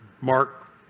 Mark